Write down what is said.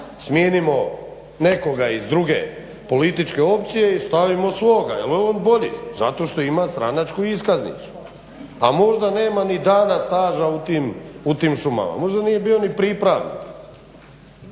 smijenimo nekoga iz druge političke opcije i stavimo svoga jer je on bolji zato što ima stranačku iskaznicu a možda nema ni dana staža u tim šumama, možda nije bio ni pripravnik.